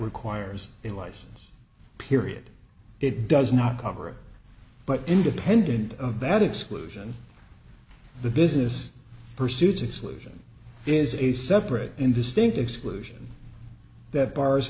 requires a license period it does not cover it but independent of that exclusion the business pursuits exclusion is a separate and distinct exclusion that bars